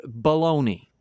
Baloney